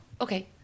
okay